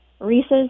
Reese's